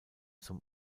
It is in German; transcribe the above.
zum